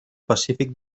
pacífic